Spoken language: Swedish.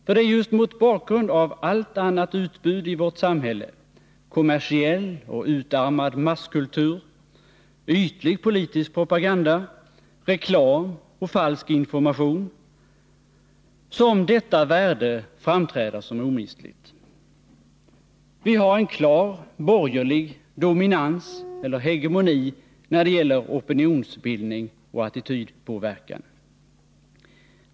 För det är just mot bakgrund av allt annat utbud i vårt samhälle — kommersiell och utarmad masskultur, ytlig politisk propaganda, reklam och falsk information — som detta värde framträder som omistligt. Vi har en klar borgerlig dominans eller hegemoni när det gäller opinionsbildning och attitydpåverkan.